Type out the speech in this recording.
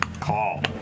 Call